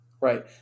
Right